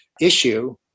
issue